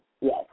Yes